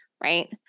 right